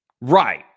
Right